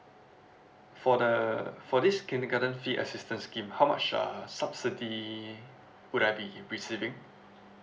for the for this kindergarten fee assistance scheme how much uh subsidy would I be receiving